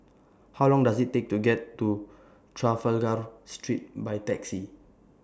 How Long Does IT Take to get to Trafalgar Street By Taxi